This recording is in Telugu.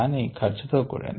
కానీ ఖర్చు తో కూడినది